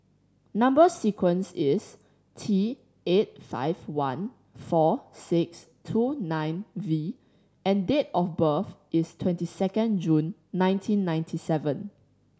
number sequence is T eight five one four six two nine V and date of birth is twenty second June nineteen ninety seven